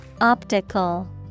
Optical